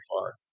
far